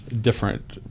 different